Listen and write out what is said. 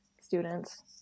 students